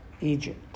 Egypt